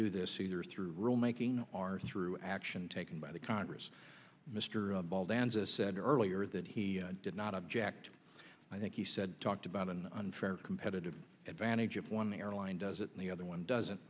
do this either through rulemaking are through action taken by the congress mr ball danza said earlier that he did not object i think he said talked about an unfair competitive advantage if one airline does it and the other one doesn't